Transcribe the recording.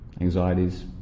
anxieties